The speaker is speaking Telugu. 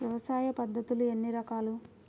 వ్యవసాయ పద్ధతులు ఎన్ని రకాలు?